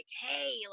hey